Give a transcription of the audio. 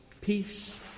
Peace